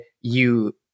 you-